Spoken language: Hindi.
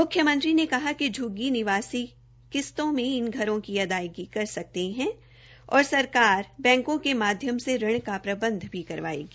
म्ख्यमंत्री ने कहा कि झ्ग्गी निवासी किस्तों मे इन घरों की अदायगी कर सकते है और सरकार बैंको के माध्यम से ऋण का प्रबंध भी करवायेगी